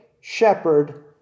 shepherd